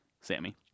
sammy